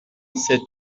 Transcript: c’est